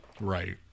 Right